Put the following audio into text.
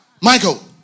Michael